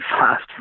fast